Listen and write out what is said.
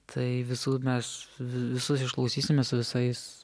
tai visų mes visus išklausysime su visais